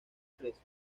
tres